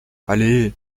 allez